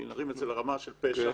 אלא רמה של פשע,